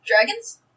Dragons